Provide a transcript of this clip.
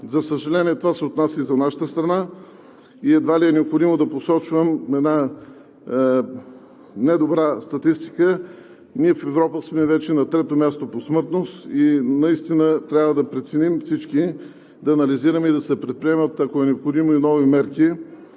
За съжаление, това се отнася и за нашата страна. Едва ли е необходимо да посочвам една недобра статистика. В Европа ние сме вече на трето място по смъртност и наистина трябва всички да преценим, да анализираме и да се предприемат, ако е необходимо, и нови мерки,